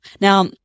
Now